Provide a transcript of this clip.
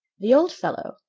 the old fellow,